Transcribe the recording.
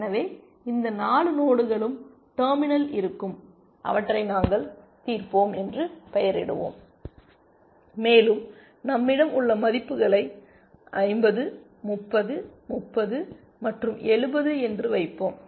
எனவே இந்த 4 நோடுகளும் டெர்மினல் இருக்கும் அவற்றை நாங்கள் தீர்ப்போம் என்று பெயரிடுவோம் மேலும் நம்மிடம் உள்ள மதிப்புகளை 50 30 30 மற்றும் 70 என்று வைப்போம்